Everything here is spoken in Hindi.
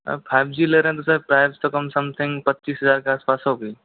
अब फाइव जी ले रहे हैं सर तो प्राइज़ तो कम समथिंग पच्चीस हजार के आस पास होगी